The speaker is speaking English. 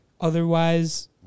Otherwise